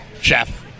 chef